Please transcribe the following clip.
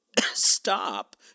Stop